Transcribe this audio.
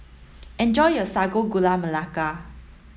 enjoy your Sago Gula Melaka